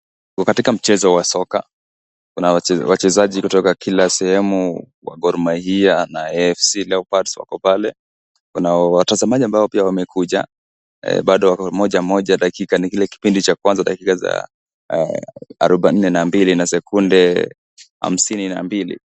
Tuko katika mchezo wa soka. Kuna wachezaji kutoka kila sehemu ,wa Gormahia na FC Leopards wako pale. Kuna watazamaji ambao pia wamekuja. Bado wako goli moja moja, dakika ni kile kipindi cha Kwanza, dakika za arubaini na mbili na sekunde hamsini na mbili.